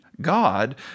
God